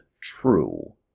true